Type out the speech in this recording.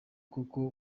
kuko